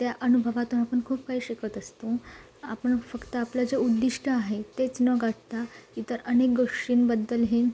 त्या अनुभवातून आपण खूप काही शिकत असतो आपण फक्त आपलं जे उद्दिष्ट आहे तेच न गाठता इतर अनेक गोष्टींबद्दलही